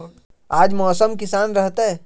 आज मौसम किसान रहतै?